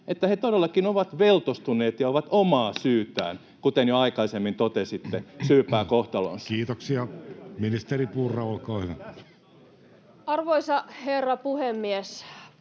että he todellakin ovat veltostuneet ja ovat omaa syytään, kuten jo aikaisemmin totesitte, syypäitä kohtaloonsa? Kiitoksia. — Ministeri Purra, olkaa hyvä. Arvoisa herra puhemies!